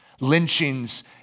lynchings